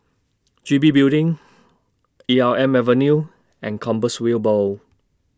G B Building Elm Avenue and Compassvale Bow